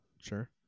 Sure